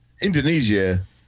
Indonesia